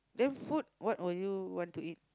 then food what would you want to eat